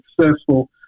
successful